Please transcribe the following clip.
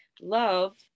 love